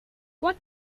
what